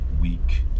week